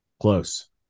Close